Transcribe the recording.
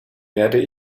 werde